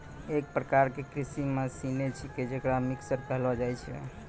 एक प्रकार क कृषि मसीने छिकै जेकरा मिक्सर कहलो जाय छै